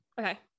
Okay